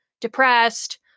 depressed